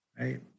right